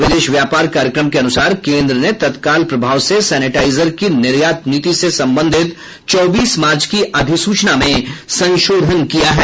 विदेश व्यापार कार्यक्रम के अनुसार केंद्र ने तत्काल प्रभाव से सैनिटाइजर की निर्यात नीति से संबंधित चौबीस मार्च की अधिसूचना में संशोधन किया है